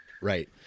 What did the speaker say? Right